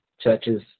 churches